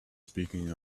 speaking